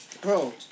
Bro